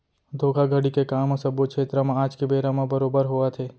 धोखाघड़ी के काम ह सब्बो छेत्र म आज के बेरा म बरोबर होवत हे